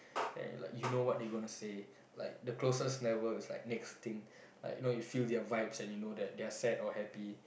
and like you know what they gonna say like the closest level is like next thing like you know you feel their vibes and you know if they are sad or happy